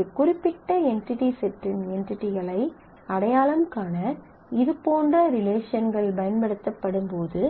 ஒரு குறிப்பிட்ட என்டிடி செட்டின் என்டிடிகளை அடையாளம் காண இதுபோன்ற ரிலேஷன்கள் பயன்படுத்தப்படும்போது